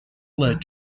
led